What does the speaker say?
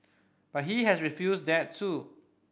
but he has refused that too